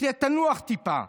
ותנוח טיפה.